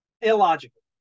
illogical